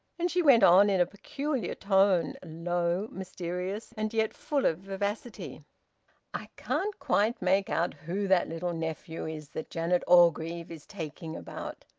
and she went on in a peculiar tone, low, mysterious, and yet full of vivacity i can't quite make out who that little nephew is that janet orgreave is taking about.